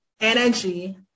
energy